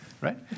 right